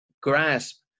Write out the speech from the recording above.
grasp